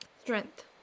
strength